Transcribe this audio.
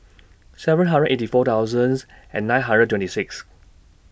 seven hundred eighty four thousands and nine hundred twenty six